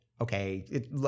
okay